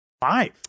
Five